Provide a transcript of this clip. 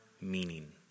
meaning